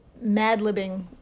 mad-libbing